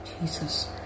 Jesus